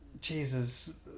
Jesus